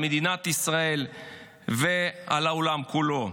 על מדינת ישראל ועל העולם כולו.